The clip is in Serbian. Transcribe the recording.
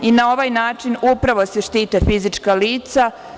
Na ovaj način upravo se štite fizička lica.